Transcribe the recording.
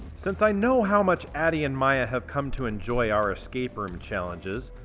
since i know how much addy and maya have come to enjoy our escape room challenges,